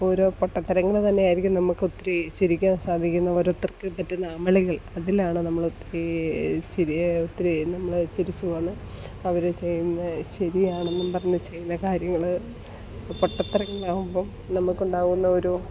ഓരോ പൊട്ടത്തരങ്ങള് തന്നെ ആയിരിക്കും നമുക്ക് ഒത്തിരി ചിരിക്കാന് സാധിക്കുന്നത് ഓരോരുത്തര്ക്ക് പറ്റുന്ന അമളികൾ അതിലാണ് നമ്മള് ഒത്തിരി ചിരി ഒത്തിരി നമ്മള് ചിരിച്ചു പോകുന്നത് അവര് ചെയ്യുന്ന ശരിയാണെന്നും പറഞ്ഞ് ചെയ്യുന്ന കാര്യങ്ങള് പൊട്ടത്തരങ്ങളാകുമ്പോൾ നമുക്കുണ്ടാകുന്ന ഒരു